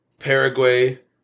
Paraguay